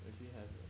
actually have err